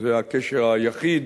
זה הקשר היחיד